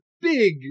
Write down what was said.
big